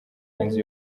inzu